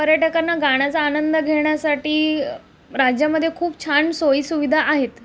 पर्यटकांना गाण्याचा आनंद घेण्यासाठी राज्यामधे खूप छान सोयीसुविधा आहेत